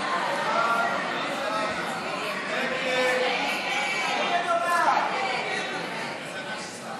ההצעה להעביר לוועדה את הצעת חוק